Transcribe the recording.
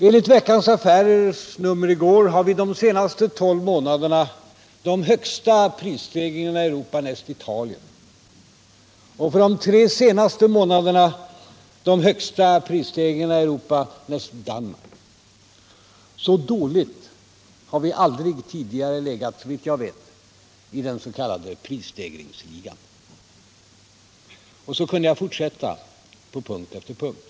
Enligt Veckans Affärers nummer i går hade vi de senaste tolv månaderna de högsta prisstegringarna i Europa näst Italien. För de tre senaste månaderna hade vi de högsta prisstegringarna i Europa näst Danmark. Så dåligt har vi aldrig tidigare legat, såvitt jag vet, i den s.k. prisstegringsligan. Så kunde jag fortsätta på punkt efter punkt.